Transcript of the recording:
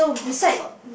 so